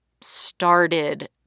started